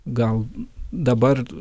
gal dabar